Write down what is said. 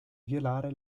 violare